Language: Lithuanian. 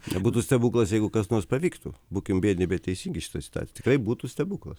nebūtų stebuklas jeigu kas nors pavyktų būkim biedni bet teisingi iš tiesų tai tikrai būtų stebuklas